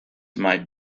might